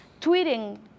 tweeting